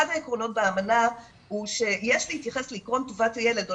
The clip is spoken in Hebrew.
אחד העקרונות באמנה הוא שיש להתייחס לעקרון טובת הילד או